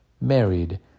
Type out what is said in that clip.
married